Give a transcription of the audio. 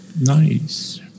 Nice